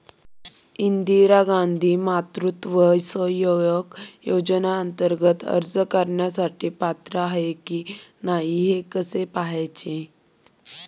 इंदिरा गांधी मातृत्व सहयोग योजनेअंतर्गत अर्ज करण्यासाठी पात्र आहे की नाही हे कसे पाहायचे?